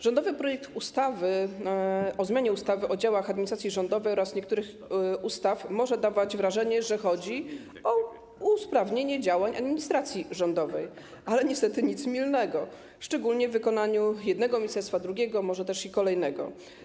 Rządowy projekt ustawy o zmianie ustawy o działach administracji rządowej oraz niektórych innych ustaw może sprawiać wrażenie, że chodzi o usprawnienie działań administracji rządowej, ale niestety nic bardziej mylnego, szczególnie w wykonaniu jednego ministerstwa, drugiego, a może też i kolejnego.